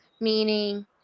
meaning